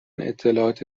اطلاعات